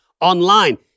online